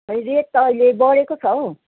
rate त अहिले बडेको छ हौ